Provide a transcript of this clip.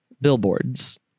billboards